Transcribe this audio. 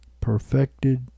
perfected